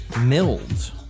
Milled